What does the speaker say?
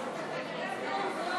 אנא המשך.